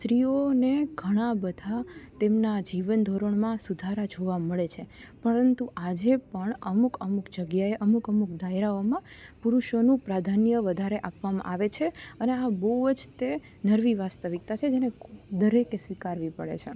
સ્ત્રીઓને ઘણાં બધાં તેમના જીવન ધોરણમાં સુધારા જોવા મળે છે પરંતુ આજે પણ અમુક અમુક જગ્યાએ અમુક અમુક દાયરાઓમાં પુરુષોનું પ્રાધાન્ય વધારે આપવામાં આવે છે અને આ બહુ જ તે નરવી વાસ્તવિકતા છે જેને દરેકે સ્વીકારવી પડે છે